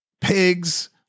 pigs